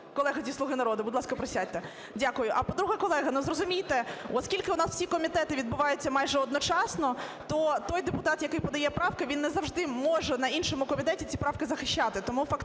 Колеги зі "Слуги народу", будь ласка, присядьте. Дякую. А, по-друге, колеги, зрозумійте, оскільки у нас всі комітети відбуваються майже одночасно, то той депутат, який подає правки, він не завжди може на іншому комітеті ці правки захищати.